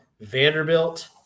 Vanderbilt